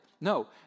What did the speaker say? No